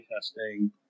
testing